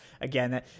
again